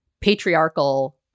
patriarchal